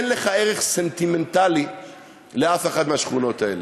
אין לך ערך סנטימנטלי לאף אחת מהשכונות האלה.